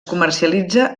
comercialitza